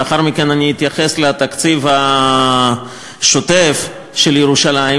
לאחר מכן אני אתייחס לתקציב השוטף של ירושלים,